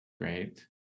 Great